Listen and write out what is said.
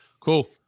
Cool